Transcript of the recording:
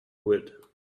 wood